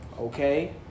Okay